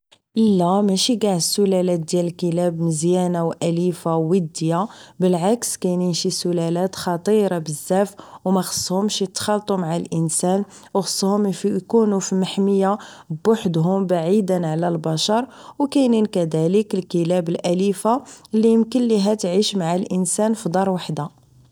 لا ماشي كاع السلالات ديال الكلاب مزيانة و اليفة و ودية بالعكس كاينين شي سلالات خطيرة بزاف و مخصهومش اتخالطو مع الانسان و خصهوم اكونو فمحمية بحدهم بعيدا على البشر و كاينين كذالك الكلاب الاليفة اللي يمكن ليها نعيش مع الانسان فدار وحدة